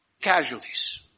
casualties